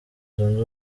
zunze